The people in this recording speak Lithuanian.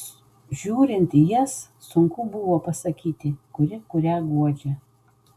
žiūrint į jas sunku buvo pasakyti kuri kurią guodžia